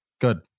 good